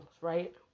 right